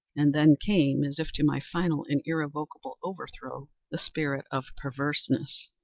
and then came, as if to my final and irrevocable overthrow, the spirit of perverseness.